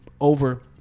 over